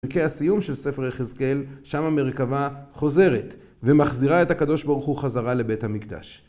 פרקי הסיום של ספר היחזקאל, שמה מרכבה חוזרת ומחזירה את הקדוש ברוך הוא חזרה לבית המקדש.